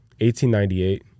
1898